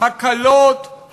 הקלות,